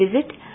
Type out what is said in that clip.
visit